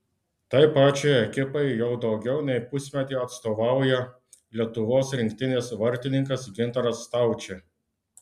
tai pačiai ekipai jau daugiau nei pusmetį atstovauja lietuvos rinktinės vartininkas gintaras staučė